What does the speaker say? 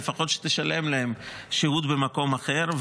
שלפחות תשלם להם שהות במקום אחר,